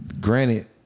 granted